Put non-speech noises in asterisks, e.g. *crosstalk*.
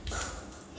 *breath*